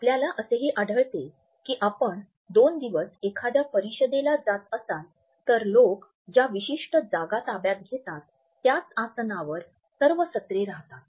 आपल्याला असेही आढळते की आपण दोन दिवस एखाद्या परिषदेला जात असाल तर लोक ज्या विशिष्ट जागा ताब्यात घेतात त्याच आसनावर सर्व सत्रे राहतात